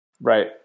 Right